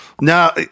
now